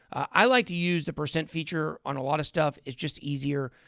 i like to use the percent feature on a lot of stuff. it's just easier.